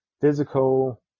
physical